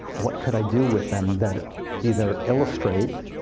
what could i do with them that either illustrate,